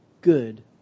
good